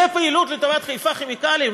זאת פעילות לטובת חיפה כימיקלים?